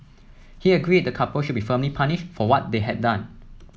he agreed the couple should be firmly punished for what they had done